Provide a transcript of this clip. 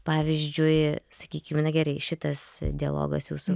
pavyzdžiui sakykim na gerai šitas dialogas jūsų